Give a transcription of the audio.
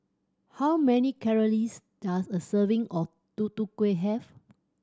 how many calories does a serving of Tutu Kueh have